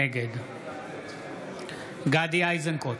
נגד גדי איזנקוט,